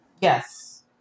Yes